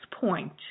point